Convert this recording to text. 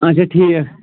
اَچھا ٹھیٖک